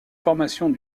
formations